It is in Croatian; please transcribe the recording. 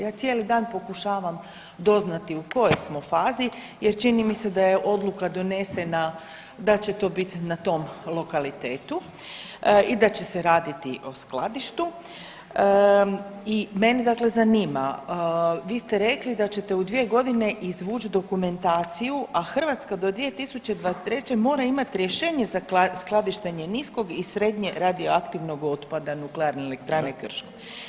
Ja cijeli dan pokušavam doznati u kojoj smo fazi jer čini mi se da je odluka donesena da će to biti na tom lokalitetu i da će se raditi o skladištu i mene dakle zanima, vi ste rekli da ćete u dvije godine izvući dokumentaciju, a Hrvatska do 2023. mora imati rješenje za skladištenje niskog i srednje radioaktivnog otpada NE Krško.